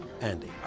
Andy